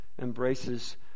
embraces